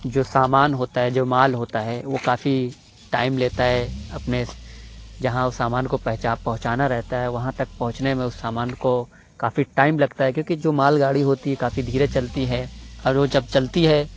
جو سامان ہوتا ہے جو مال ہوتا ہے وہ کافی ٹائم لیتا ہے اپنے اِس جہاں اُس سامان کو پہنچا پہنچانا رہتا ہے وہاں تک پہنچنے میں اُس سامان کو کافی ٹائم لگتا ہے کیوں کہ جو مال گاڑی ہوتی ہے کافی دھیرے چلتی ہے اور وہ جب چلتی ہے